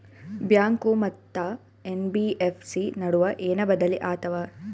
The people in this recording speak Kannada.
ಬ್ಯಾಂಕು ಮತ್ತ ಎನ್.ಬಿ.ಎಫ್.ಸಿ ನಡುವ ಏನ ಬದಲಿ ಆತವ?